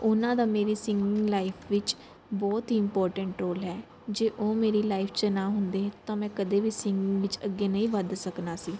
ਉਹਨਾਂ ਦਾ ਮੇਰੇ ਸਿੰਗਿੰਗ ਲਾਈਫ ਵਿੱਚ ਬਹੁਤ ਹੀ ਇੰਪੋਰਟੈਂਟ ਰੋਲ ਹੈ ਜੇ ਉਹ ਮੇਰੀ ਲਾਈਫ 'ਚ ਨਾ ਹੁੰਦੇ ਤਾਂ ਮੈਂ ਕਦੇ ਵੀ ਸਿੰਗਿੰਗ ਵਿੱਚ ਅੱਗੇ ਨਹੀਂ ਵਧ ਸਕਣਾ ਸੀ